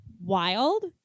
wild